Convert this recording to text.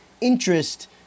interest